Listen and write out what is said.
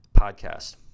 podcast